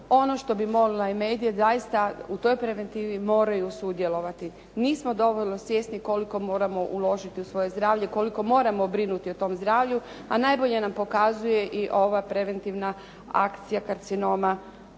ono što bih molila i medije zaista u toj preventivi moraju sudjelovati. Nismo dovoljno svjesni koliko moramo uložiti u svoje zdravlje, koliko moramo brinuti o tom zdravlju, a najbolje nam pokazuje i ova preventivna akcija karcinoma